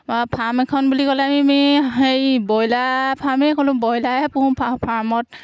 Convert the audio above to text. বা ফাৰ্ম এখন বুলি ক'লে আমি হেৰি ব্ৰয়লাৰ ফাৰ্মেই ক'লোঁ ব্ৰয়লাৰে পঢ়োঁ ফাৰ্মত